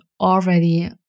already